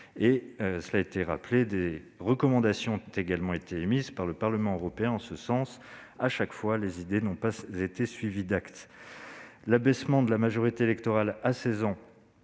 cela a été rappelé, des recommandations ont également été émises en ce sens par le Parlement européen. Chaque fois, les idées n'ont pas été suivies d'actes. L'abaissement de la majorité électorale à 16 ans